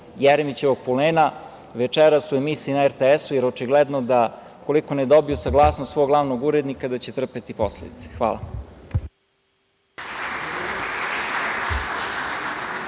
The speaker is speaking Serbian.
Jeremićevog pulena večeras u emisiji na RTS, jer očigledno da ukoliko ne dobiju saglasnost svog glavnog urednika da će trpeti posledice. Hvala.